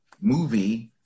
movie